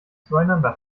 zueinander